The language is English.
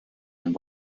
and